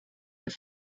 but